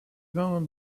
vins